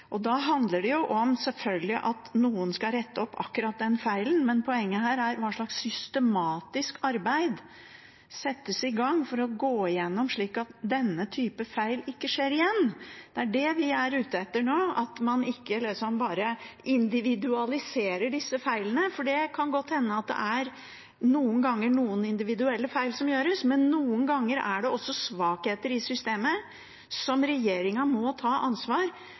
Da handler det selvfølgelig om at noen skal rette opp akkurat den feilen, men poenget her er hva slags systematisk arbeid som settes i gang for å gå igjennom, slik at denne typen feil ikke skjer igjen. Det er det vi er ute etter nå, at man ikke bare individualiserer disse feilene. Det kan godt hende at det noen ganger er individuelle feil som gjøres, men noen ganger er det også svakheter i systemet, som regjeringen må ta ansvar